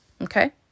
okay